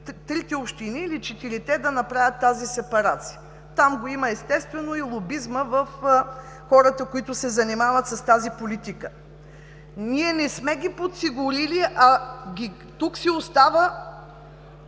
трите или четирите общини да направят сепарацията. Там го има, естествено, и лобизма в хората, които се занимават с тази политика. Ние не сме ги подсигурили, а тук си остава